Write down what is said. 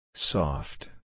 Soft